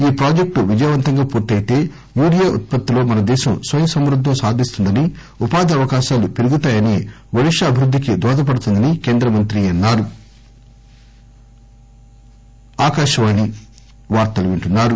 ఈ ప్రాజెక్టు విజయవంతంగా పూర్తయితే యూరియా ఉత్పత్తిలో మనదేశం స్వయం సంవృద్దం సాధిస్తుందని ఉపాధి అవకాశాలు పెరుగుతాయని ఒడిషా అభివృద్దికి దోహదపడుతుందని కేంద్ర మంత్రి అన్నారు